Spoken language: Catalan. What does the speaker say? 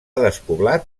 despoblat